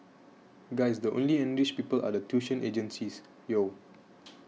guys the only enriched people are the tuition agencies Yo